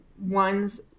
Ones